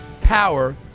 power